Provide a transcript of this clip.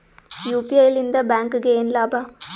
UPI ಲಿಂದ ಬ್ಯಾಂಕ್ಗೆ ಏನ್ ಲಾಭ?